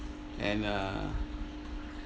and uh